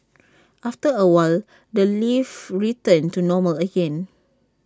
after A while the lift returned to normal again